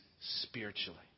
spiritually